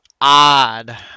odd